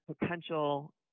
potential